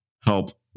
help